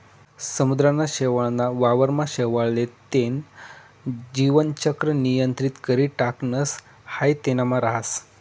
समुद्रना शेवाळ ना वावर मा शेवाळ ले तेन जीवन चक्र नियंत्रित करी टाकणस हाई तेनमा राहस